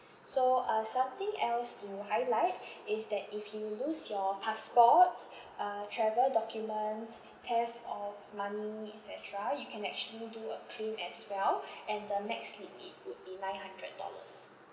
so uh something else to highlight is that if you loss your passport uh travel documents theft of money et cetera you can actually do a claim as well and the max limit would be nine hundred dollars